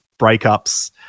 breakups